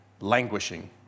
languishing